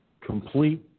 complete